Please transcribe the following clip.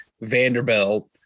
Vanderbilt